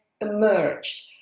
emerged